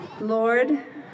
Lord